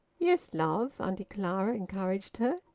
yes, love? auntie clara encouraged her.